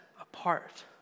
apart